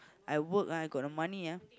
I work ah I got the money ah